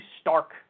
stark